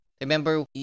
Remember